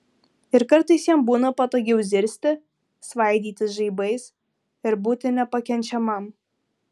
ir kartais jam būna patogiau zirzti svaidytis žaibais ir būti nepakenčiamam